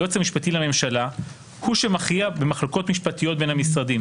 היועץ המשפטי לממשלה הוא שמכריע במחלוקות משפטיות בין המשרדים.